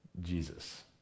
Jesus